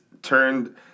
Turned